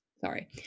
sorry